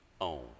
own